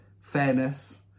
fairness